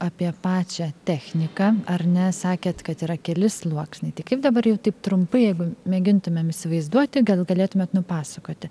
apie pačią techniką ar ne sakėt kad yra keli sluoksniai tai kaip dabar jau taip trumpai jeigu mėgintumėm įsivaizduoti gal galėtumėt nupasakoti